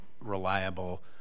reliable